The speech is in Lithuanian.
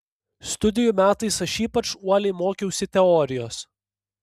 studijų metais aš ypač uoliai mokiausi teorijos